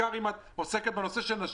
אם את עוסקת בעיקר בנשים,